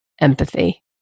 empathy